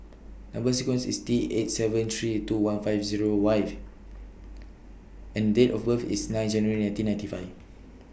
Number sequence IS T eight seven three two one five Zero Y and Date of birth IS nine January nineteen ninety five